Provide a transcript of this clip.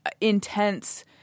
intense